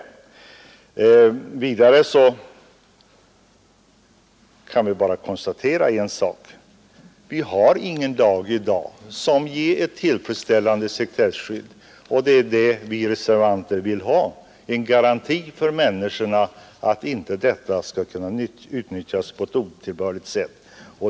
Vi kan ju bara konstatera att vi inte har någon lag i dag som ger ett tillfredsställande sekretesskydd. Vad vi reservanter vill ha är en garanti för människorna att registren inte kan utnyttjas på ett otillbörligt sätt.